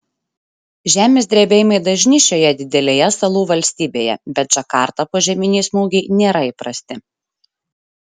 žemės drebėjimai dažni šioje didelėje salų valstybėje bet džakartą požeminiai smūgiai nėra įprasti